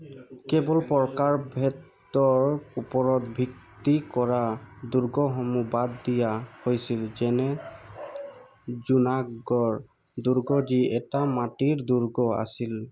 কেৱল প্ৰকাৰভেদতৰ ওপৰত ভিত্তি কৰা দুৰ্গসমূহ বাদ দিয়া হৈছিল যেনে জুনাগড় দুৰ্গ যি এটা মাটিৰ দুৰ্গ আছিল